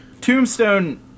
Tombstone